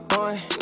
one